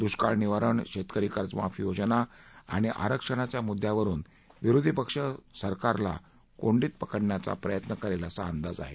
दुष्काळ निवारण शेतकरी कर्जमाफी योजना आणि आरक्षणाच्या मुद्द्यावरून विरोधी पक्ष सरकारला कोंडीत पकडण्याचा प्रयत्न करेल असा अंदाज आहे